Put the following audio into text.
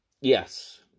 Yes